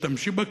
משתמשים בה,